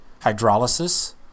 Hydrolysis